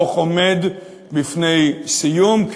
הדוח עומד בפני סיום,